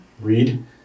Read